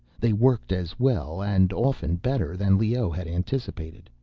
they worked as well, and often better, than leoh had anticipated.